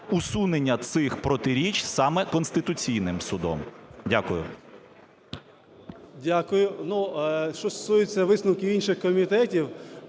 усунення цих протиріч саме Конституційним Судом? Дякую.